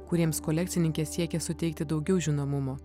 kuriems kolekcininkė siekia suteikti daugiau žinomumo